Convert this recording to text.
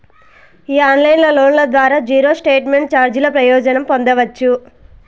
ఈ ఆన్లైన్ లోన్ల ద్వారా జీరో స్టేట్మెంట్ చార్జీల ప్రయోజనం పొందచ్చు